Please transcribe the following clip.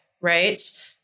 Right